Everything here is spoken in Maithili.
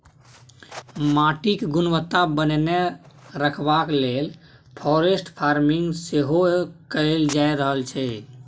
माटिक गुणवत्ता बनेने रखबाक लेल फॉरेस्ट फार्मिंग सेहो कएल जा रहल छै